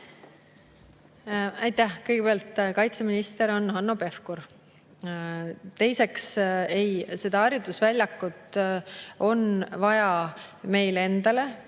Aitäh! Kõigepealt, kaitseminister on Hanno Pevkur. Teiseks, ei, seda harjutusväljakut on vaja meile endale